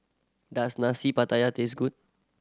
does Nasi Pattaya taste good